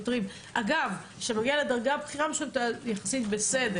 אגב, כשזה נוגע לדרגה בכירה, זה יחסית בסדר.